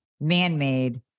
man-made